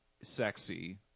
sexy